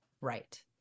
Right